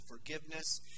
forgiveness